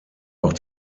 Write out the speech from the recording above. auch